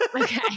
Okay